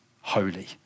holy